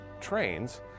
trains